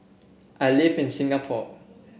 I live in Singapore